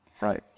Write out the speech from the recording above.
Right